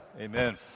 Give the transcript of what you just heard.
Amen